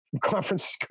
conference